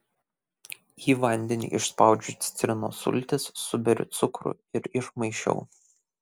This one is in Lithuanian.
į vandenį išspaudžiu citrinos sultis suberiu cukrų ir išmaišiau